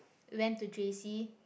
went to J_C